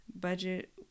budget